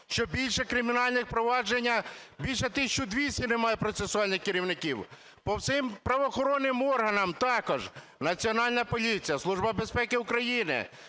що більше кримінальних проваджень… більше 1 200 немає процесуальних керівників. По всім правоохоронним органам – також. Національна поліція, Служба безпеки України,